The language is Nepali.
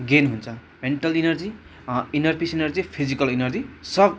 गेन हुन्छ mental energy inner peace energy physical energy सग